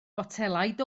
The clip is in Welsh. botelaid